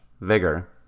Vigor